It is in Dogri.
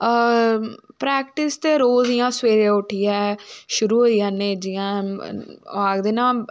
परैक्टिस ते रोज़ इयां सवेरे उट्ठिये शुरू होई जन्ने जियां आखदे ना